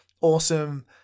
awesome